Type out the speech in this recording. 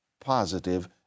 positive